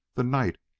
the night,